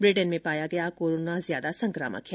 Britain में पाया गया कोरोना ज्यादा संक्रामक है